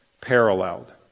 paralleled